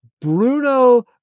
Bruno